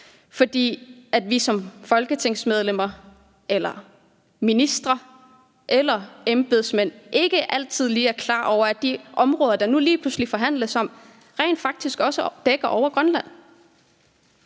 fordi man som folketingsmedlemmer, ministre eller embedsmænd ikke altid lige er klar over, at de områder, der nu lige pludselig forhandles om, rent faktisk også dækker over Grønland.